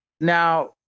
Now